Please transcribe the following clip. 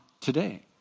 today